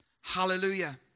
Hallelujah